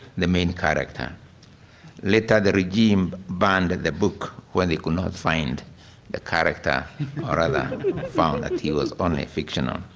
the main character later, the regime banned and the book when they could not find the ah character or rather found that he was only fictional.